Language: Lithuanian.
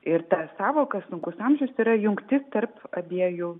ir ta sąvoka sunkus amžius yra jungtis tarp abiejų